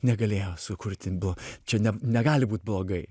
negalėjo sukurti blo čia ne negali būti blogai